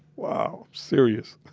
wow. serious.